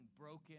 broken